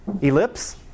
ellipse